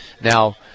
now